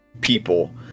people